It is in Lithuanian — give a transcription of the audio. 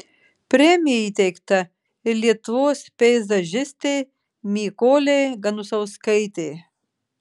premija įteikta ir lietuvos peizažistei mykolei ganusauskaitei